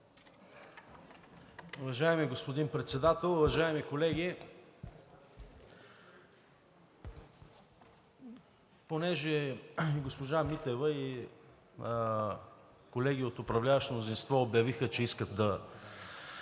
Уважаеми господин Председател, уважаеми колеги! Понеже госпожа Митева и колеги от управляващото мнозинство обявиха, че искат да